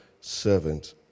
servant